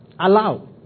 Allow